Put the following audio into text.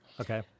Okay